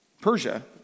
Persia